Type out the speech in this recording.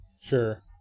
Sure